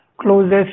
closest